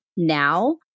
now